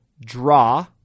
draw